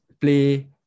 play